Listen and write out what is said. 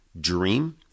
dream